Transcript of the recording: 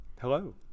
hello